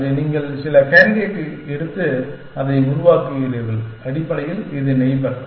அது நீங்கள் சில கேண்டிடேட் எடுத்து அதை உருவாக்குகிறீர்கள் அடிப்படையில் இது நெய்பர்